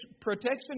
protection